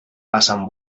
passen